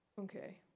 Okay